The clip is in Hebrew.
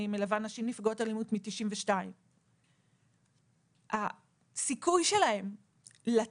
אני מלווה נשים נפגעות אלימות מאז שנת 92'. הסיכוי שלהן לצאת